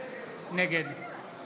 נגד